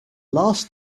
last